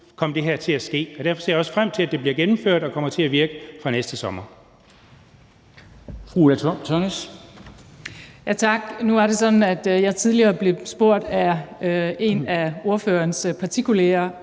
kom til at ske. Derfor ser jeg også frem til, at det bliver gennemført og kommer til at virke fra næste sommer.